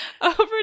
over